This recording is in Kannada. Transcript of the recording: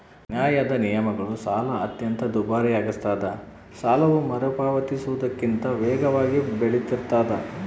ಅನ್ಯಾಯದ ನಿಯಮಗಳು ಸಾಲ ಅತ್ಯಂತ ದುಬಾರಿಯಾಗಿಸ್ತದ ಸಾಲವು ಮರುಪಾವತಿಸುವುದಕ್ಕಿಂತ ವೇಗವಾಗಿ ಬೆಳಿತಿರ್ತಾದ